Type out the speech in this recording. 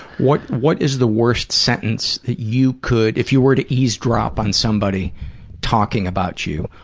what what is the worst sentence that you could, if you were to eavesdrop on somebody talking about you,